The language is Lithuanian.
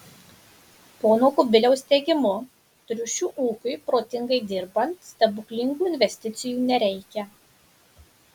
pono kubiliaus teigimu triušių ūkiui protingai dirbant stebuklingų investicijų nereikia